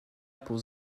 pour